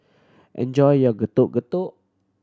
enjoy your Getuk Getuk